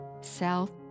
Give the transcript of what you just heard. south